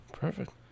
Perfect